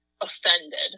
offended